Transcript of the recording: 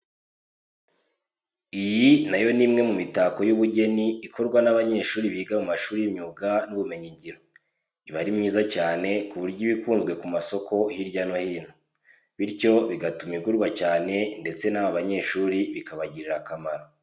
Iyi na yo ni imwe mu mitako y'ubugeni ikorwa n'abanyeshuri biga mu mashuri y'imyuga n'ibumenyingiro. Iba ari myiza cyane ku buryo iba ukunzwe ku masoko hirya no hino. Bityo bigatuma igurwa cyane ndetse n'aba banyeshuri bikabagirira akamaro.